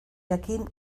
jakin